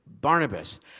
Barnabas